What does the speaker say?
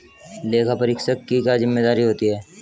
लेखापरीक्षक की क्या जिम्मेदारी होती है?